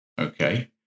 okay